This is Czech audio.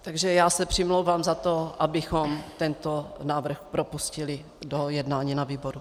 Takže já se přimlouvám za to, abychom tento návrh propustili do jednání na výboru.